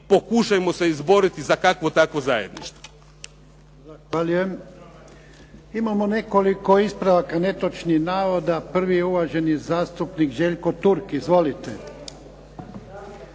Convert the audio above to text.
pokušajmo se izboriti za kakvo takvo zajedništvo.